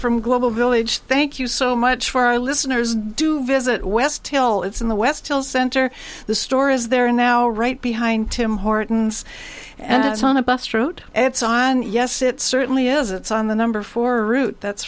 from global village thank you so much for our listeners do visit west hill it's in the west hill center the store is there now right behind tim horton's and it's on a bus route it's on yes it certainly is it's on the number four route that's